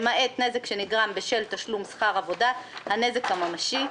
למעט נזק שנגרם בשל תשלום שכר עבודה הנזק הממשי;